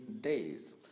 days